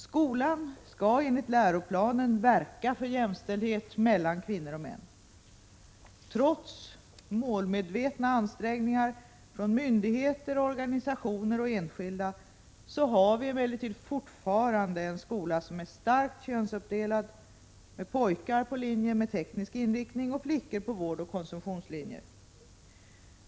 Skolan skall enligt läroplanen verka för jämställdhet mellan kvinnor och män. Trots målmedvetna ansträngningar från myndigheter, organisationer och enskilda har vi emellertid fortfarande en skola som är starkt könsuppdelad med pojkar på linjer med teknisk inriktning och flickor på vårdoch konsumtionslinjer.